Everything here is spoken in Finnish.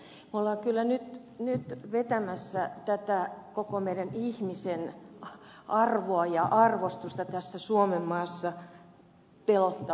me olemme kyllä nyt vetämässä koko tätä meidän ihmisen arvoa ja arvostusta tässä suomenmaassa pelottavaan tilaan